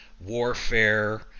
Warfare